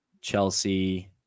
Chelsea